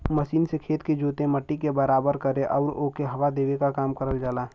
machine से खेत के जोते, मट्टी के बराबर करे आउर ओके हवा देवे क काम करल जाला